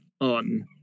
on